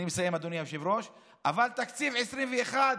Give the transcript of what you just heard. אני מסיים, אדוני היושב-ראש, אבל תקציב 2021,